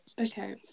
okay